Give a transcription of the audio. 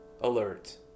Alert